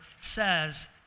says